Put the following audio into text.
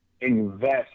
invest